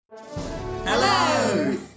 Hello